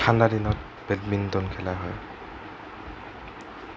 ঠাণ্ডা দিনত বেডমিণ্টন খেলা হয়